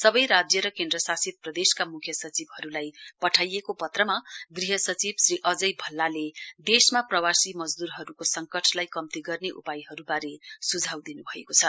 सबै राज्य र केन्द्रशासित प्रदेशका मुख्यसचिवहरूलाई पठाइएको पत्रमा गृह सचिव श्री अजय भल्लाले देशमा प्रवासी मजदूरहरूको संकटलाई कम्ती गर्ने उपायहरूबारे सुझाउ दिन्भएको छ